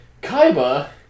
Kaiba